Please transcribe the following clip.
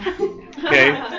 Okay